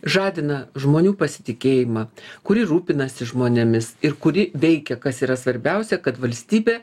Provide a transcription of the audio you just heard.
žadina žmonių pasitikėjimą kuri rūpinasi žmonėmis ir kuri veikia kas yra svarbiausia kad valstybė